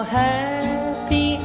happy